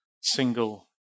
single